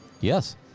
yes